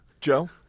Joe